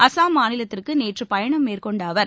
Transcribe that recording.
அசாம் மாநிலத்திற்கு நேற்று பயணம் மேற்கொண்ட அவர்